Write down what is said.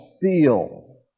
feel